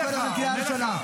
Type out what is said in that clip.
אני קורא אותך בקריאה ראשונה.